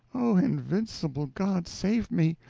oh, invincible god, save me!